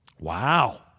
wow